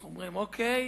אנחנו אומרים: אוקיי,